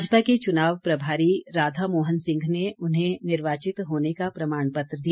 भाजपा के चुनाव प्रभारी राधा मोहन सिंह ने उन्हें निर्वाचित होने का प्रमाण पत्र दिया